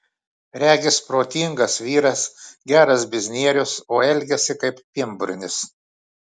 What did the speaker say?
regis protingas vyras geras biznierius o elgiasi kaip pienburnis